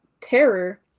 terror